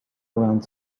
around